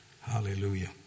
Hallelujah